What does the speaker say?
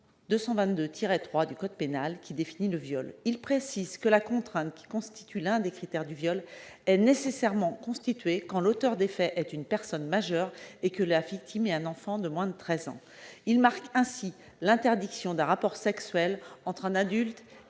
l'article 222-23 du code pénal, qui définit le viol. Il précise ainsi que la contrainte, qui constitue l'un des critères du viol, est nécessairement constituée quand l'auteur des faits est une personne majeure et que la victime est un enfant de moins de treize ans. Il marque ainsi l'interdiction d'un rapport sexuel entre un adulte